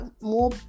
more